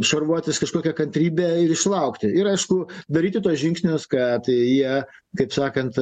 šarvuotis kažkokia kantrybe ir išlaukti ir aišku daryti tuos žingsnius kad jie kaip sakant